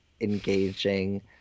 engaging